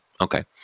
okay